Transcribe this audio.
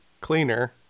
cleaner